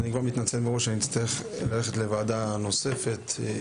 אני כבר מתנצל מראש שאצטרך ללכת לוועדה נוספת.